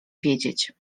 wiedzieć